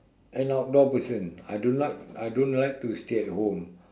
an outdoor person I do not I don't like to stay at home